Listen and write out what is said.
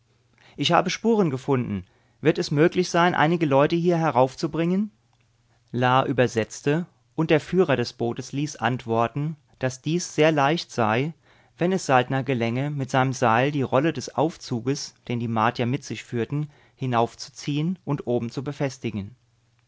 ich habe spuren gefunden wird es möglich sein einige leute hier heraufzubringen la übersetzte und der führer des bootes ließ antworten daß dies sehr leicht sei wenn es saltner gelänge mit seinem seil die rolle des aufzuges den die martier mit sich führten hinaufzuziehen und oben zu befestigen